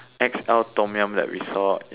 X L Tom-Yum that we saw